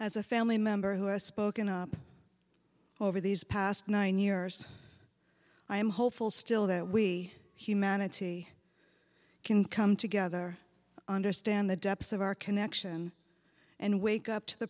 as a family member who has spoken up over these past nine years i am hopeful still that we humanity can come together understand the depths of our connection and wake up to the